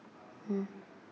mm